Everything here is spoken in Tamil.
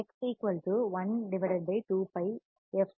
X X 1 2 Π F